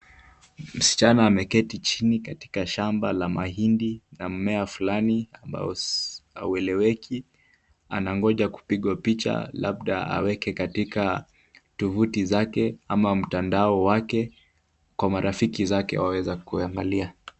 Msichana ameketi chini katika shamba la mahindi na mmea fulani ambao haueleweki, anangoja kupigwa picha labda aweke katika tovuti zake ama mtandao wake kwa marafiki zake waweze kuangalia.